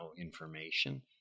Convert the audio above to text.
information